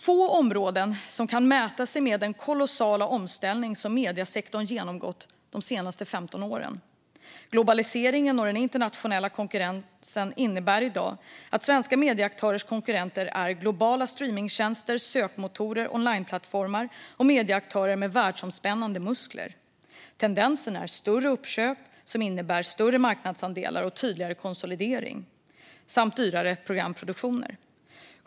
Få områden kan mäta sig med den kolossala omställning som mediesektorn har genomgått de senaste 15 åren. Globaliseringen och den internationella konkurrensen innebär i dag att svenska medieaktörers konkurrenter är globala streamningstjänster, sökmotorer, onlineplattformar och medieaktörer med världsomspännande muskler. Tendensen är större uppköp, som innebär större marknadsandelar och tydligare konsolidering, samt dyrare programproduktioner.